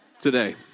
today